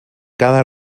cada